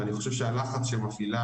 ואני חושב שהלחץ שמפעילה,